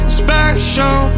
special